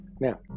Now